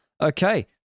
Okay